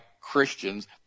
Christians